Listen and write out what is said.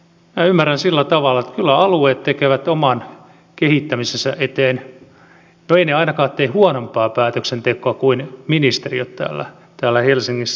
minä ymmärrän sillä tavalla että eivät alueet tee oman kehittämisensä eteen ainakaan huonompia päätöksiä kuin ministeriöt täällä helsingissä